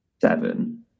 Seven